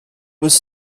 was